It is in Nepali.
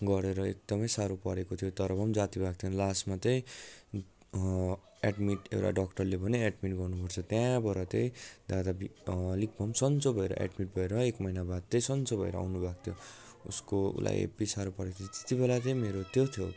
गरेर एकदमै साह्रो परेको थियो तर भए पनि जाती भएको थिएन लास्टमा चाहिँ एडमिट एउटा डाक्टरले भन्यो एडमिट गर्नुपर्छ त्यहाँबाट चाहिँ दादा अलिक भए पनि सन्चो भएर एडमिट भएर एक महिना बाद चाहिँ सन्चो भएर आउनु भएको थियो उसको उलाई हेब्बी साह्रो परेको थियो त्यतिबेला चाहिँ मेरो त्यो थियो